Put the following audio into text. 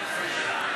(21)